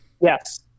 Yes